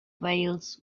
veils